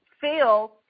feel